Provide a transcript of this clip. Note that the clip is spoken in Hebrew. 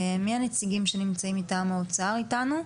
מי הנציגים שנמצאים מטעם האוצר איתנו?